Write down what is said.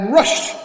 rushed